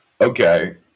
Okay